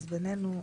אז בינינו,